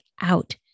out